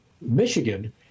Michigan